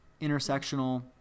intersectional